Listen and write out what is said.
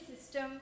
system